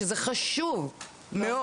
שזה חשוב מאוד.